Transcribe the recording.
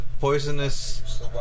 poisonous